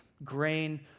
grain